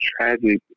tragic